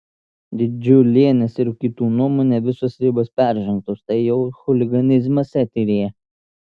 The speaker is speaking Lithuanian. didžiulienės ir kitų nuomone visos ribos peržengtos tai jau chuliganizmas eteryje